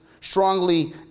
strongly